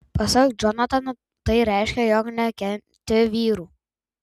pasak džonatano tai reiškia jog nekenti vyrų